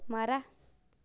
ಮರ